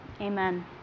Amen